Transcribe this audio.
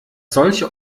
solche